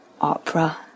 Opera